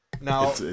Now